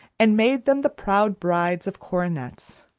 and made them the proud brides of coronets